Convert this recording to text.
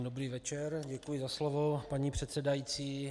Dobrý večer, děkuji za slovo, paní předsedající.